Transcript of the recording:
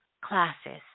classes